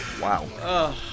Wow